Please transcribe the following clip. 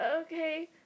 Okay